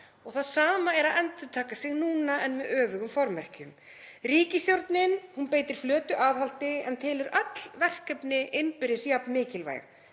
og það sama er að endurtaka sig núna en með öfugum formerkjum. Ríkisstjórnin beitir flötu aðhaldi en telur öll verkefni innbyrðis jafn mikilvæg.